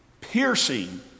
piercing